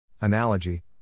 Analogy